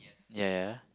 ya ya